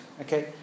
Okay